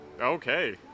okay